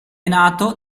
nato